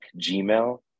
Gmail